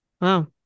wow